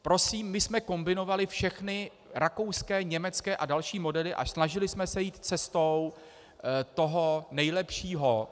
Prosím, my jsme kombinovali všechny modely rakouské, německé a další a snažili jsme se jít cestou toho nejlepšího.